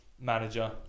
manager